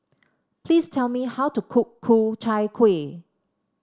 please tell me how to cook Ku Chai Kuih